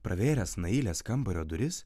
pravėręs nailės kambario duris